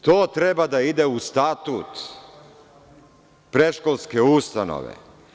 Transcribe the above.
To treba da ide su statut predškolske ustanove.